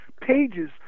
pages